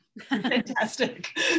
Fantastic